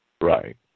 Right